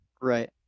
right